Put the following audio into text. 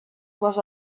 was